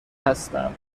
هستم